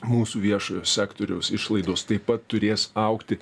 mūsų viešojo sektoriaus išlaidos taip pat turės augti